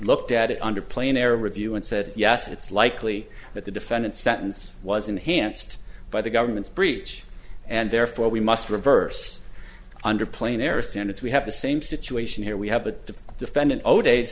looked at it under plain air review and said yes it's likely that the defendant sentence was enhanced by the government's breach and therefore we must reverse under plane air standards we have the same situation here we have the defendant o